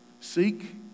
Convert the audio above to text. Seek